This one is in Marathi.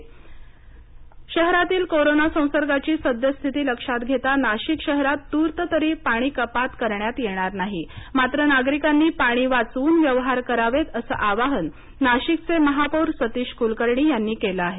नाशिक पाणीकपात नाही शहरातील कोरोना संसर्गाची सद्यस्थिती लक्षात घेता नाशिक शहरात तूर्त तरी पाणी कपात करण्यात येणार नाही मात्र नागरिकांनी पाणी वाचवून व्यवहार करावेत असं आवाहन नाशिकचे महापौर सतीश कलकर्णी यांनी केलं आहे